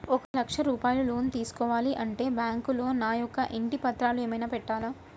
ఒక లక్ష రూపాయలు లోన్ తీసుకోవాలి అంటే బ్యాంకులో నా యొక్క ఇంటి పత్రాలు ఏమైనా పెట్టాలా?